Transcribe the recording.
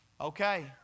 okay